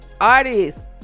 artists